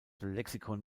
lexikon